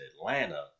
Atlanta